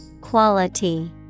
Quality